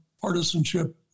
partisanship